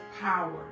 power